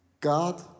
God